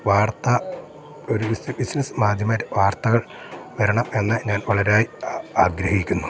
വാർത്താ ഒരു ബിസിനസ് മാധ്യമവാർത്തകൾ വരണം എന്ന് ഞാൻ വളരെ ആഗ്രഹിക്കുന്നു